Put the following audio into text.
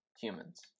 humans